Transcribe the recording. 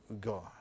God